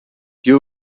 you